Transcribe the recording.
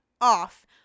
off